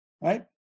Right